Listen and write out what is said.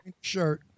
Shirt